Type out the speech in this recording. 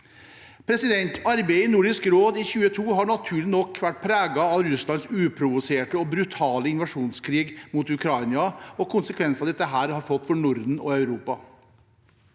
Arbeidet i Nordisk råd i 2022 har naturlig nok vært preget av Russlands uprovoserte og brutale invasjonskrig mot Ukraina og konsekvensene dette har fått for Norden og Europa.